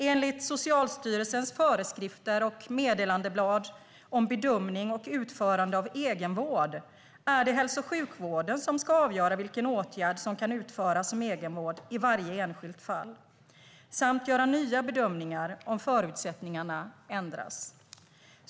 Enligt Socialstyrelsens föreskrifter och meddelandeblad om bedömning och utförande av egenvård är det hälso och sjukvården som ska avgöra vilken åtgärd som kan utföras som egenvård i varje enskilt fall samt göra nya bedömningar om förutsättningarna ändras.